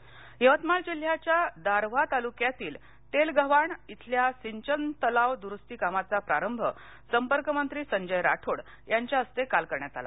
सिंचन योजना यवतमाळ जिल्ह्याच्या दारव्हा तालुक्यातील तेलगव्हाण येथील सिंचन तलाव द्रुस्ती कामाचा प्रारंभ संपर्कमंत्री संजय राठोड यांच्या हस्ते काल करण्यात आला